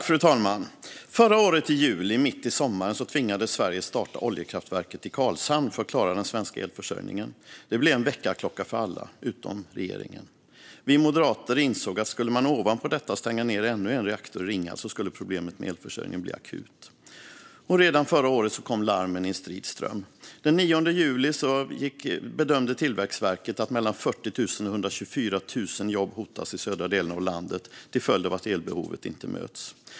Fru talman! Förra året i juli, mitt i sommaren, tvingades Sverige starta oljekraftverket i Karlshamn för att klara den svenska elförsörjningen. Det blev en väckarklocka för alla, utom för regeringen. Vi moderater insåg att om man ovanpå detta skulle stänga ned ännu en reaktor i Ringhals skulle problemet med elförsörjning bli akut. Och redan förra året kom larmen i en strid ström. Den 9 juli bedömde Tillväxtverket att mellan 40 000 och 124 000 jobb hotas i södra delen av landet till följd av att elbehovet inte möts.